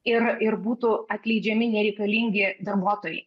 ir ir būtų atleidžiami nereikalingi darbuotojai